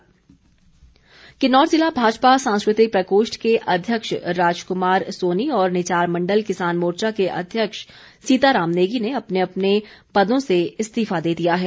इस्तीफा किन्नौर ज़िला भाजपा सांस्कृतिक प्रकोष्ठ के अध्यक्ष राजकुमार सोनी और निचार मण्डल किसान मोर्चा के अध्यक्ष सीताराम नेगी ने अपने अपने पदों से इस्तीफा दे दिया है